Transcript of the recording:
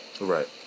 Right